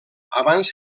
abans